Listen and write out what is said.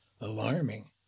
alarming